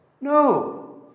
No